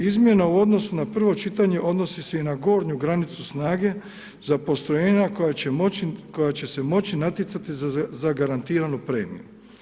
Izmjena u odnosu na prvo čitanje odnosi se i na gornju granicu snage za postrojenja koja će se moći natjecati za zagarantiranu premiju.